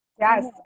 Yes